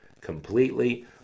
completely